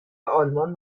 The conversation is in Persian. آلمان